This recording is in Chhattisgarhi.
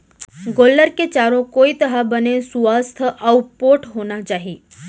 गोल्लर के चारों कोइत ह बने सुवास्थ अउ पोठ होना चाही